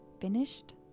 finished